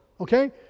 Okay